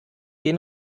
den